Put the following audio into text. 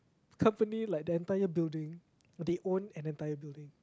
company like the entire building they own an entire building